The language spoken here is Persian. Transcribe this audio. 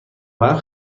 برق